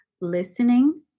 listening